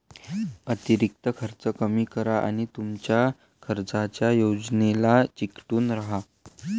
अतिरिक्त खर्च कमी करा आणि तुमच्या खर्चाच्या योजनेला चिकटून राहा